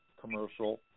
commercial